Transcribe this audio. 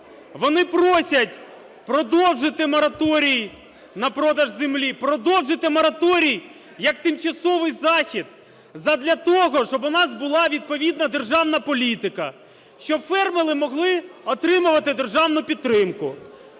вони просять продовжити мораторій на продаж землі, продовжити мораторій як тимчасовий захід задля того, щоб у нас була відповідна державна політика, щоб фермери могли отримувати державну підтримку.